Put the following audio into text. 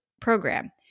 program